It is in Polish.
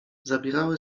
zabierały